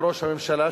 וראש הממשלה,